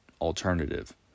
alternative